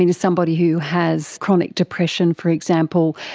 and somebody who has chronic depression, for example,